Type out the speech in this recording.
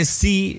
see